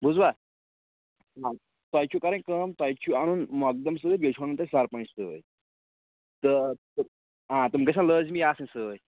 بوٗزوا تۄہہِ چھُو کَرٕنۍ کٲم تۄہہِ چھُو اَنُن مۄقدَم سۭتۍ بیٚیہِ چھُ اَنُن تۄہہِ سَرپَنٛچ سۭتۍ تہٕ آ تِم گژھن لٲزمی آسٕنۍ سۭتۍ